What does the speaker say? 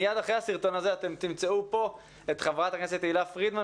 מייד אחרי הסרטון הזה אתם תמצאו פה את חברת הכנסת תהלה פרידמן,